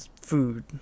food